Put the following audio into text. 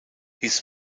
his